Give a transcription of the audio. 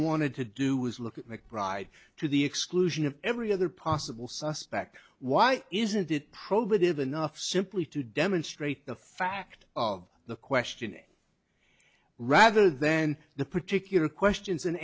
wanted to do was look at mcbride to the exclusion of every other possible suspect why isn't it probative enough simply to demonstrate the fact of the question rather then the particular